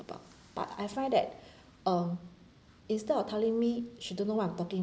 above but I find that uh instead of telling me she don't know what I'm talking